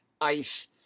ICE